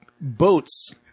boats